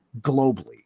globally